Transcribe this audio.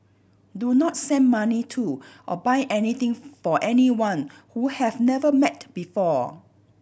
do not send money to or buy anything for anyone who have never met before